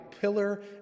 pillar